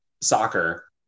soccer